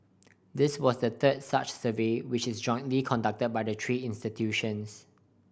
this was the third such survey which is jointly conducted by the three institutions